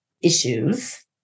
issues